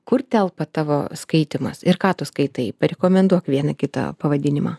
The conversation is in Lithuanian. kur telpa tavo skaitymas ir ką tu skaitai parekomenduok vieną kitą pavadinimą